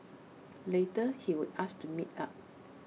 later he would ask to meet up